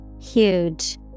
Huge